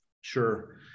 Sure